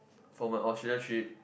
for my Australia trip